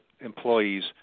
employees